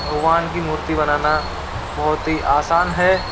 भगवान की मूर्ति बनाना बहुत ही आसान है